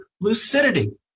lucidity